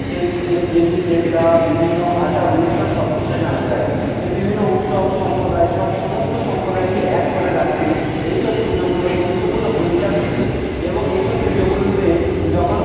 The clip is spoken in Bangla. সেই দেবী দেবতা বিভিন্ন আচার অনুষ্ঠান সব কিছু জানা যায় এ বিভিন্ন উৎসব সম্প্রদায় সব সমস্ত সম্প্রদায়কে এক করে রাখতে এইসব পুজোগুলোর গুরুত্বপূর্ণ ভূমিকা থাকে এবং এইসব পুজোগুলিতে যখন